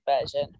version